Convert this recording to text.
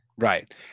Right